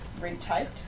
retyped